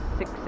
six